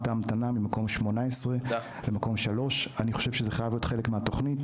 ההמתנה ממקום 18 למקום 3. אני חושב שזה חייב להיות חלק מהתוכנית.